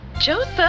Joseph